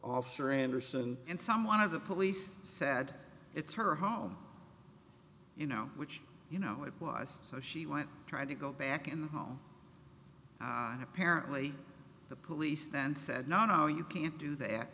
officer anderson and someone of the police said it's her home you know which you know it was so she went trying to go back in the home and apparently the police then said no no you can't do th